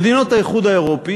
מדינות האיחוד האירופי